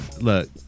look